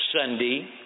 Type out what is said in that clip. Sunday